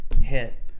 hit